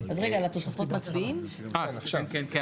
אנחנו